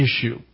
issue